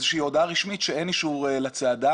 איזה שהיא הודעה רשמית שאין אישור לצעדה.